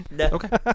Okay